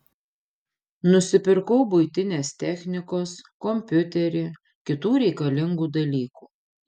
nusipirkau buitinės technikos kompiuterį kitų reikalingų dalykų